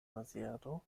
maziero